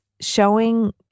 showing